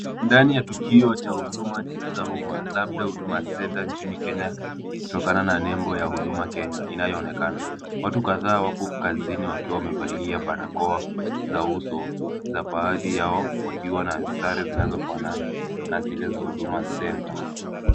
Ndani ya tukio cha huduma za umma labda Huduma Center nchini Kenya kutokana na nembo ya Huduma Kenya inayoonekana. Watu kadhaa wapo kazini wakiwa wamevalia barakoa za uso za baadhi yao wakiwa na sare zinazofanana na zile za Huduma Centre.